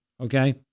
Okay